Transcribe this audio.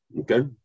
okay